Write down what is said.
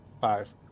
Five